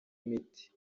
miti